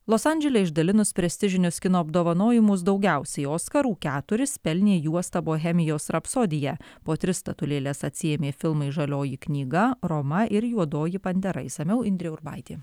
los andžele išdalinus prestižinius kino apdovanojimus daugiausiai oskarų keturis pelnė juosta bohemijos rapsodija po tris statulėles atsiėmė filmai žalioji knyga roma ir juodoji pantera išsamiau indrė urbaitė